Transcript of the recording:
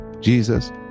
Jesus